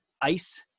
ice